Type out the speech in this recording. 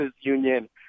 union